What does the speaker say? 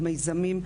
או מיזמים,